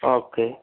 okay